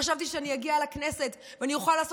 חשבתי שאני אגיע לכנסת ואני אוכל לעשות